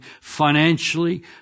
financially